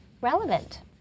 relevant